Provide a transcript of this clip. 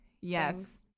Yes